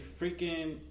freaking